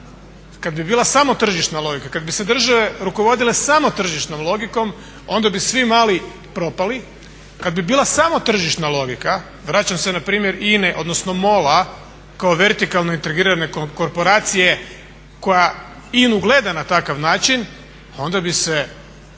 kad bi bila samo tržišna logika, kad bi se države rukovodile samo tržišnom logikom onda bi svi mali propali, kad bi bila samo tržišna logika, vraćam se na primjer INA-e odnosno MOL-a kao vertikalno integrirane korporacije koja INA-u gleda na takav način onda bi se